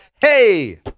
Hey